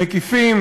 מקיפים,